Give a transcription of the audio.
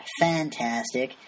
fantastic